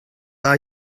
are